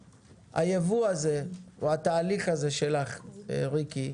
היבוא הזה, או התהליך הזה שלך, ריקי.